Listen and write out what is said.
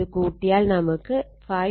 ഇത് കൂട്ടിയാൽ നമുക്ക് 5